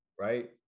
right